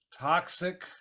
Toxic